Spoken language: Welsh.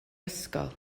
ysgol